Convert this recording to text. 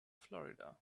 florida